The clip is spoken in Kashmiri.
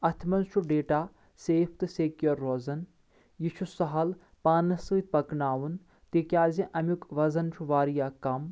اتھ منٛز چھُ ڈیٹا سیف تہٕ سکیور روزان یہِ چھُ سہل پانس سۭتۍ پکناوُن تِکیٛازِ امیُک وزن چھُ واریاہ کم